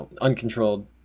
uncontrolled